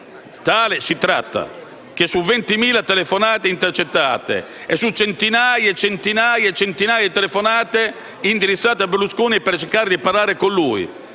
- per cui su circa 20.000 telefonate intercettate e su centinaia, centinaia e centinaia di telefonate indirizzate a Berlusconi per cercare di parlare con lui,